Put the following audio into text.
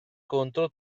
contro